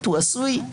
הוא עשוי,